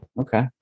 Okay